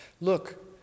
Look